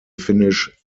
finnish